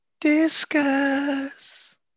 Discuss